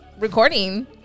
recording